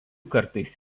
kartais